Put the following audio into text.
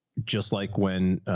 just like when, ah,